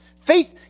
Faith